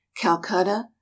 Calcutta